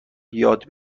یاد